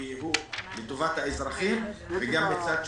כי הוא לטובת האזרחים ומצד שני,